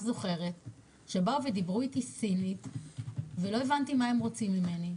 זוכרת שדיברו איתי סינית ולא הבנתי מה הם רוצים ממני,